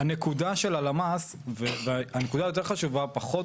שהנקודה של הלמ"ס והנקודה היותר חשובה היא פחות,